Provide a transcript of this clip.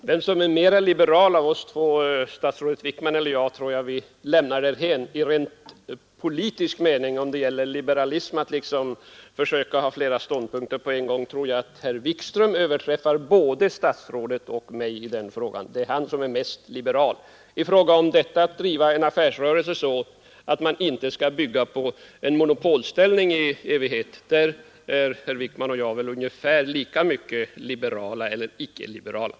Herr talman! Vem som är mera liberal av oss två, statsrådet Wickman eller jag, tycker jag vi lämnar därhän. Om det gäller liberalism i rent Nr 141 Onsdagen den - 13 december 1972 Det är han som är mest liberal. I fråga om detta att driva en affärsrörelse så, att man inte skall bygga på en monopolställning i evighet, är väl herr Wickman och jag ungefär lika mycket liberala eller icke liberala.